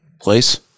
place